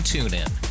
TuneIn